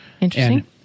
Interesting